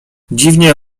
dziwnie